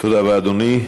תודה רבה, אדוני.